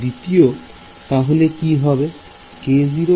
দ্বিতীয় তাহলে কি হবে